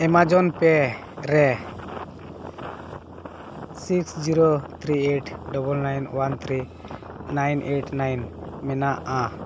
Amazon Pay ᱨᱮ six zero three eight double nine one three nine eight nine ᱢᱮᱱᱟᱜᱼᱟ